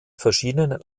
verschiedenen